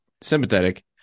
Sympathetic